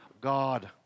God